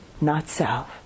not-self